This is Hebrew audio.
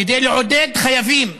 כדי לעודד חייבים,